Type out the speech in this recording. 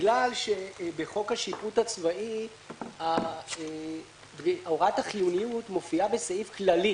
בגלל שבחוק השיפוט הצבאי הוראת החיוניות מופיעה בסעיף כללי